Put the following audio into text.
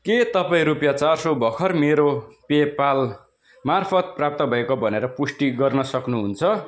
के तपाईँ रुपियाँ चार सौ भर्खर मेरो पे पाल मार्फत प्राप्त भएको भनेर पुष्टि गर्नसक्नु हुन्छ